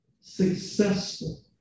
successful